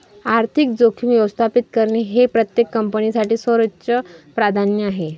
आर्थिक जोखीम व्यवस्थापित करणे हे प्रत्येक कंपनीसाठी सर्वोच्च प्राधान्य आहे